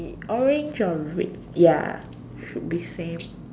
orange or red ya should be same